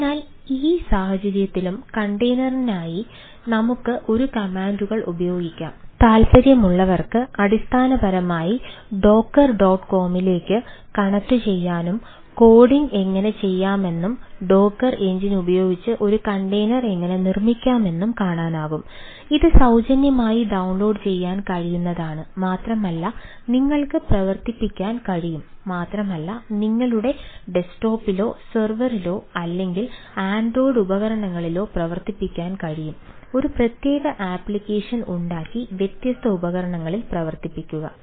അതിനാൽ ഈ സാഹചര്യത്തിലും കണ്ടെയ്നറിനായി ഉണ്ടാക്കി വ്യത്യസ്ത ഉപകരണങ്ങളിൽ പ്രവർത്തിപ്പിക്കുക